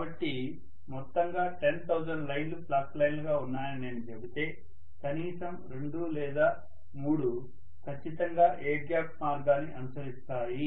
కాబట్టి మొత్తంగా 10000 లైన్లు ఫ్లక్స్ లైన్లుగా ఉన్నాయని నేను చెబితే కనీసం 2 లేదా 3 ఖచ్చితంగా ఎయిర్ గ్యాప్ మార్గాన్ని అనుసరిస్తాయి